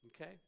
okay